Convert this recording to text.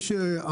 מה זה ספאם?